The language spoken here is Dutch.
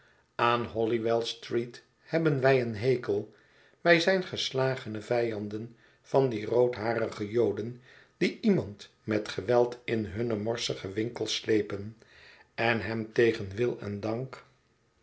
aan holywells tre e t hebben wij een hekel wij zijn geslagene vijanden van die roodharige joden die iemand met geweld in hunne morsige winkels slepen en hem tegen wil en dank